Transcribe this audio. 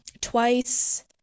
Twice